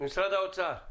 ממשרד האוצר,